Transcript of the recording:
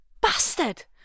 Bastard